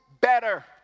better